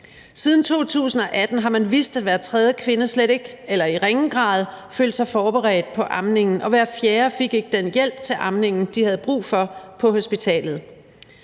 Siden 2018 har man vidst, at hver tredje kvinde i ringe grad følte sig forberedt på amningen, og hver fjerde fik ikke den hjælp til amningen, de havde brug for, på hospitalet.